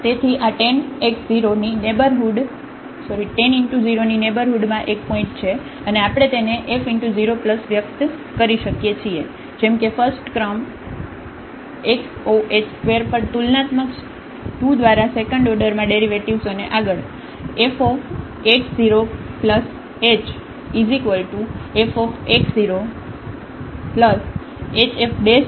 તેથી આ 10 x 0 ની નેઇબરહુડમાં એક પોઇન્ટ છે અને આપણે તેને f x 0 વ્યક્ત કરી શકીએ છીએ જેમ કે ફસ્ટક્રમ x 0 h ² પર તુલનાત્મક 2 દ્વારા સેકન્ડ ઓર્ડરમાં ડેરિવેટિવ્ઝ અને આગળ